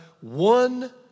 One